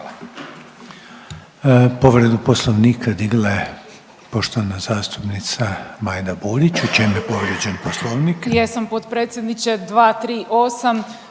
Hvala.